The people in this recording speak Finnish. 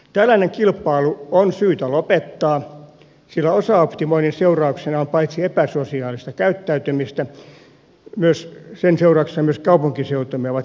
tällainen kilpailu on syytä lopettaa sillä osaoptimoinnin seurauksena on paitsi epäsosiaalista käyttäytymistä myös se että kaupunkiseutumme ovat kehittyneet vinoon